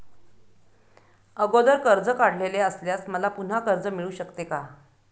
अगोदर कर्ज काढलेले असल्यास मला पुन्हा कर्ज मिळू शकते का?